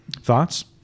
Thoughts